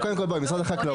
קודם כל בואי, משרד החקלאות.